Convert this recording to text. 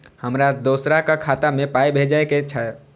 हमरा दोसराक खाता मे पाय भेजे के छै?